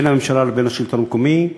בין הממשלה לבין השלטון המקומי,